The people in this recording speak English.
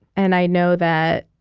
and i know that,